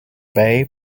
bay